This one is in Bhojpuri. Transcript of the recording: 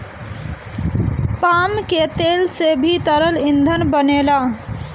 पाम के तेल से भी तरल ईंधन बनेला